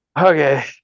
Okay